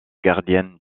gardienne